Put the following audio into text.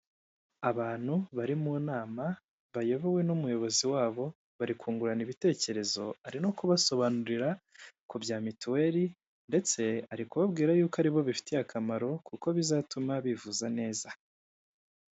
Abantu bari mu nama bayobowe n'umuyobozi wabo. Bari kungurana ibitekerezo; ari no kubasobanurira ku bya mituweli ndetse ari kubabwira yuko aribo bifitiye akamaro kuko bizatuma bivuza neza.